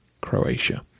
Croatia